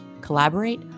collaborate